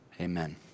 Amen